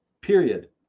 period